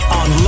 on